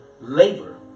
labor